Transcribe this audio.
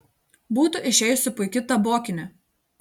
būtų išėjusi puiki tabokinė